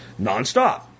nonstop